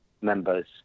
members